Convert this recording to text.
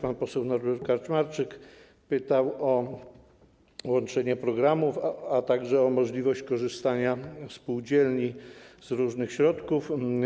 Pan poseł Norbert Kaczmarczyk pytał o łączenie programów, a także o możliwość korzystania przez spółdzielnie z różnych środków.